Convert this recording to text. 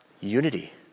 unity